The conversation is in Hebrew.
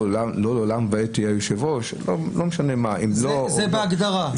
לעולם ועד תהיה היושב ראש --- זה בהגדרה.